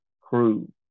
crew